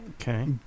Okay